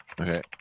okay